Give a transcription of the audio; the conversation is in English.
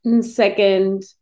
second